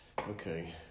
Okay